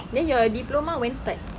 then your diploma when start